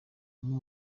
umwe